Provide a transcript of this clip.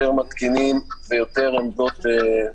יותר מתקינים ויותר עמדות רישום.